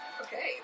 Okay